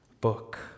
book